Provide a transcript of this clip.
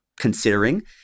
considering